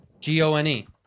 g-o-n-e